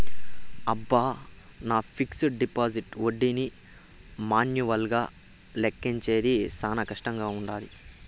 అబ్బ, నా fixed deposit ఒడ్డీని మాన్యువల్గా లెక్కించేది శానా కష్టంగా వుండాది